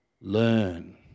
learn